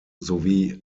sowie